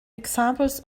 examples